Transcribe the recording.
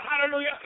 hallelujah